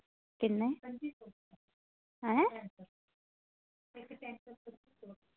किन्ने हैं